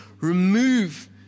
remove